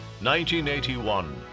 1981